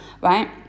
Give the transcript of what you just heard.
right